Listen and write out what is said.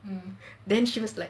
then she was like